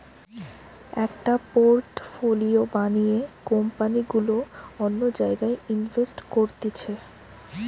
একটা পোর্টফোলিও বানিয়ে কোম্পানি গুলা অন্য জায়গায় ইনভেস্ট করতিছে